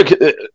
look